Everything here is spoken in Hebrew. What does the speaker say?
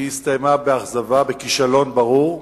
היא הסתיימה באכזבה, בכישלון ברור,